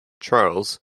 charles